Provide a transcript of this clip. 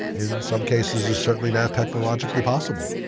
in some cases, is certainly now technologically possible.